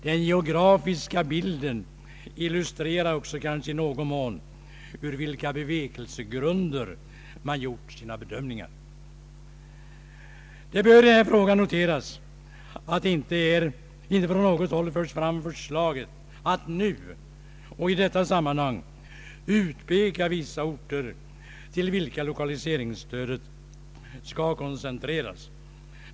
Den geografiska bilden illustrerar också i någon mån ur vilka bevekelsegrunder man gjort sina bedömningar. Det bör i den här frågan noteras att man inte från något håll fört fram förslaget att nu och i detta sammanhang utpeka vissa orter till vilka lokaliseringsstödet skall prioriteras.